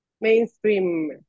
mainstream